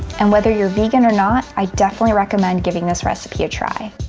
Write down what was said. and whether you're vegan or not, i definitely recommend giving this recipe a try.